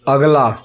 अगला